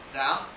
down